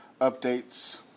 updates